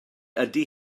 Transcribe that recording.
ydy